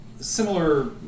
similar